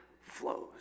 flows